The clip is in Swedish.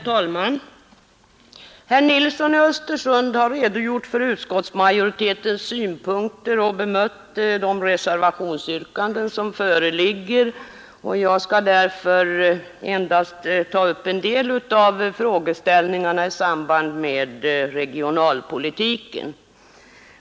Herr talman! Herr Nilsson i Östersund har redogjort för utskottsmajoritetens synpunkter och bemött de reservationsyrkanden som föreligger. Jag skall därför endast ta upp en del av frågeställningarna i samband med regionalpolitiken.